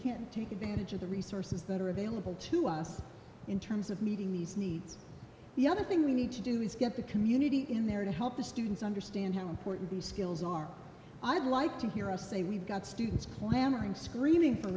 can't take advantage of the resources that are available to us in terms of meeting these needs the other thing we need to do is get the community in there to help the students understand how important skills are i'd like to hear us say we've got students clamoring screaming for